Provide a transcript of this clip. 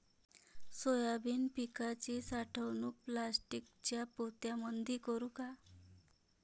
Soybean पिकाची साठवणूक प्लास्टिकच्या पोत्यामंदी करू का?